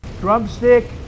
Drumstick